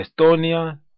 Estonia